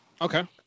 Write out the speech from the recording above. Okay